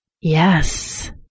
yes